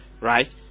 right